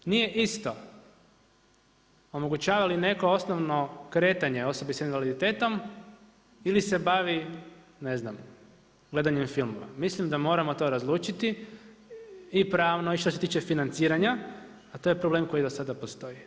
Nije isto omogućavali neko osnovno kretanje osobi sa invaliditetom ili se bavi, ne znam, gledanjem filmova, mislim da moramo to razlučiti i pravno i što se tiče financiranja a to je problem koji do sada postoji.